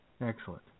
Excellent